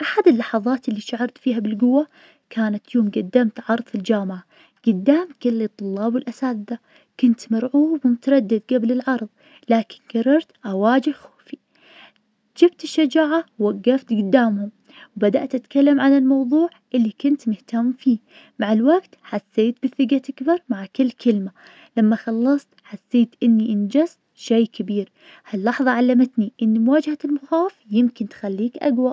أحد اللحظات اللي شعرت فيها بالقوة, كانت يوم قدمت عرض الجامعة قدام كل الطلاب والأساتذة, كنت مرعوب ومتردد قبل العرض, لكن قررت أواجه خوفي ,شفت الشجاعة وقفت قدامهم وبدأت أتكلم عن الموضوع اللي كنت مهتم فيه, مع الوقت حسيت بثقة أكبر مع كل كلمة, لما خلصت حسيت إني أنجزت شي كبير, هاللحظة علمتني إن مواجهة المخاوف يمكن تخليك أقوى.